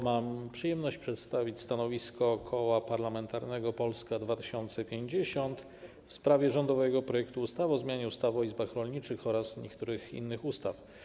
Mam przyjemność przedstawić stanowisko Koła Parlamentarnego Polska 2050 w sprawie rządowego projektu ustawy o zmianie ustawy o izbach rolniczych oraz niektórych innych ustaw.